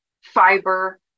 fiber